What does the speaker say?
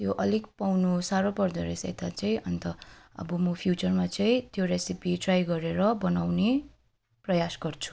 यो अलिक पाउनु साह्रो पर्दो रहेछ यता चाहिँ अन्त अब म फ्युचरमा चाहिँ त्यो रेसेपी ट्राई गरेर बनाउने प्रयास गर्छु